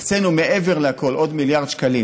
הקצינו, מעבר לכול, עוד מיליארד שקלים